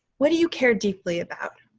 what do you care deeply about?